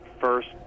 first